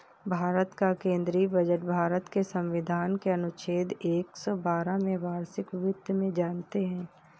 भारत का केंद्रीय बजट भारत के संविधान के अनुच्छेद एक सौ बारह में वार्षिक वित्त में जानते है